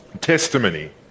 Testimony